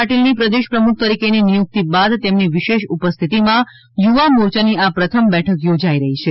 પાટીલની પ્રદેશ પ્રમુખ તરીકેની નિયુક્તિ બાદ તેમની વિશેષ ઉપસ્થિતમાં યુવા મોરચાની આ પ્રથમ બેઠક યોજાઈ રહી છે